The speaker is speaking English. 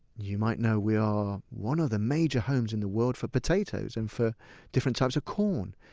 you might know we are one of the major homes in the world for potatoes and for different types of corn,